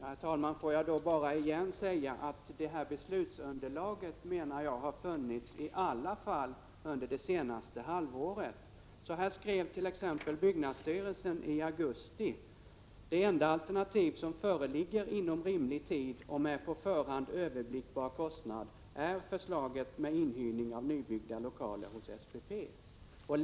Herr talman! Låt mig än en gång påpeka att det här beslutsunderlaget har funnits i varje fall under det senaste halvåret. Så här skriver byggnadsstyrelsen i augusti: Det enda alternativ som föreligger inom rimlig tid och med på förhand överblickbar kostnad är förslaget med inhyrning av nybyggda lokaler hos SPP.